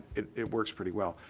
it it works pretty well.